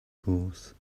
horse